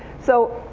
so,